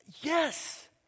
Yes